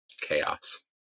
chaos